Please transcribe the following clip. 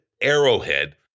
Arrowhead